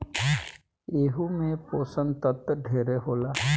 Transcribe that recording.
एहू मे पोषण तत्व ढेरे होला